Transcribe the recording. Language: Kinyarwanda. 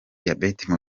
diyabete